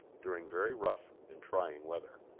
during very rough and trying weather.